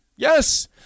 Yes